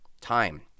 time